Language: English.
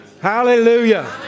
Hallelujah